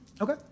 Okay